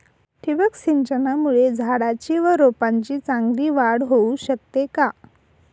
ठिबक सिंचनामुळे झाडाची व रोपांची चांगली वाढ होऊ शकते का?